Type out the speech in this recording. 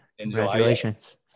Congratulations